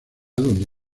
donde